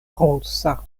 rusa